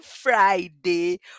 Friday